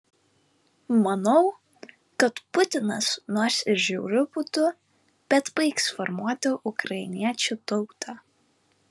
manau kad putinas nors ir žiauriu būdu bet baigs formuoti ukrainiečių tautą